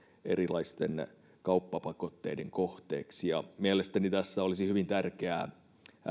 erilaisten kauppapakotteiden kohteeksi mielestäni tässä olisi hyvin tärkeää